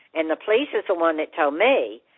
and the police is the one that told me,